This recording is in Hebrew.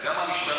גם המשטרה,